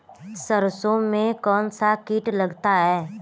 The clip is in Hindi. सरसों में कौनसा कीट लगता है?